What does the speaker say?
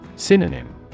Synonym